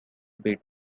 beat